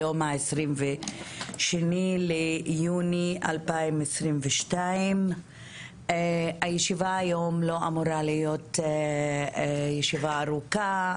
היום העשרים ושני ליוני 2022. הישיבה היום לא אמורה להיות ישיבה ארוכה,